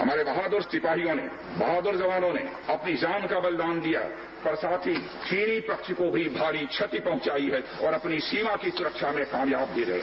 हमारे बहादुर सिपाहियों ने बहादुर जवानों ने अपनी जान का बलिदान दिया और साथ ही चीनी पक्ष को भी भारी क्षति पहुंचाई है और अपनी सीमा की सुरक्षा में कामयाब भी रहे है